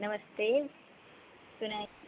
नमस्ते सुना